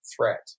Threat